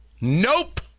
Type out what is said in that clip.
Nope